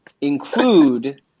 include